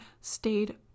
stayed